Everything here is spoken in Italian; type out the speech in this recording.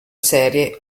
serie